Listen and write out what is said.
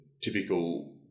typical